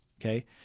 okay